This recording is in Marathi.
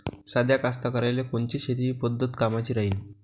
साध्या कास्तकाराइले कोनची शेतीची पद्धत कामाची राहीन?